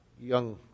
young